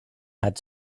had